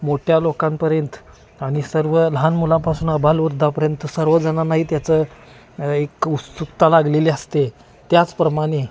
मोठ्या लोकांपर्यंत आणि सर्व लहान मुलांपासून आबालवृद्धापर्यंत सर्वजणांनाही त्याचं एक उत्सुकता लागलेली असते त्याचप्रमाणे